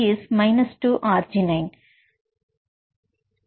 D arginine 2